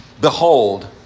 Behold